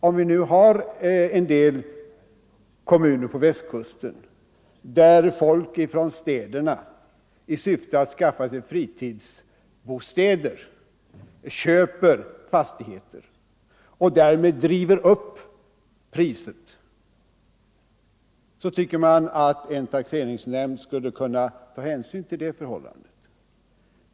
Om i en del kommuner på Västkusten folk från städerna i syfte att skaffa sig fritidsbostäder köper fastigheter och därmed driver upp priserna tycker man att en taxeringsnämnd skulle kunna ta hänsyn till det förhållandet.